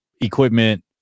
equipment